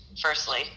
firstly